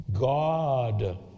God